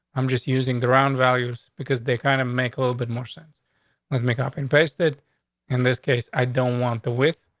i'm just using the round values because they kind of make a little bit more sense with a coffin basted in this case, i don't want the with.